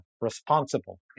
responsible